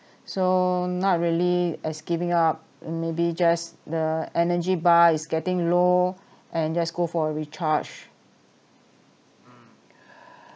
so not really as giving up maybe just the energy bar is getting low and just go for a recharge